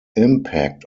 impact